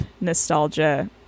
nostalgia